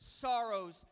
sorrows